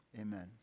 amen